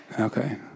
Okay